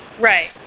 Right